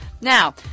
Now